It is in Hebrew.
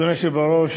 אדוני היושב בראש,